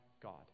God